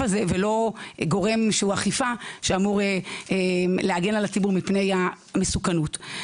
הזה ולא גורם אכיפה שאמור להגן על הציבור מפני המסוכנות.